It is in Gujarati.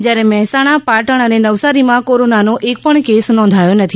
જયારે મહેસાણા પાટણ અને નવસારીમાં કોરોનાનો એકપણ કેસ નોંધાયો નથી